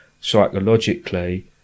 psychologically